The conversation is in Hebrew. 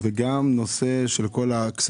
וגם המוסדות של ועדת הבחירות,